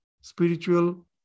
spiritual